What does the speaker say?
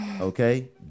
okay